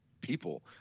people